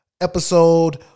episode